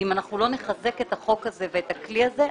אם אנחנו לא נחזק את החוק הזה ואת הכלי הזה,